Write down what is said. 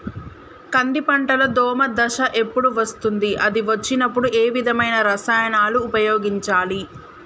కంది పంటలో దోమ దశ ఎప్పుడు వస్తుంది అది వచ్చినప్పుడు ఏ విధమైన రసాయనాలు ఉపయోగించాలి?